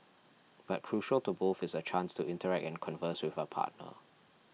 but crucial to both is a chance to interact and converse with a partner